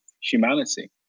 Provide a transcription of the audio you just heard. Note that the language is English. humanity